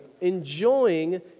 enjoying